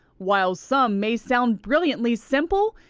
while some may sound brilliantly simple,